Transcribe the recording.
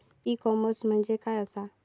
E commerce म्हणजे काय असा?